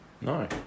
No